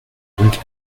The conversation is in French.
donc